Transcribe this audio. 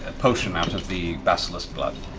ah potion out of the basilisk blood?